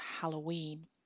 Halloween